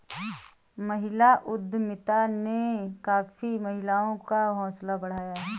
महिला उद्यमिता ने काफी महिलाओं का हौसला बढ़ाया है